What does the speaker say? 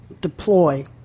deploy